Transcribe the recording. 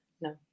No